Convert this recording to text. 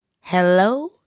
hello